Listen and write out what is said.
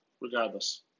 regardless